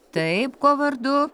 taip kuo vardu